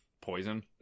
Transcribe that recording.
poison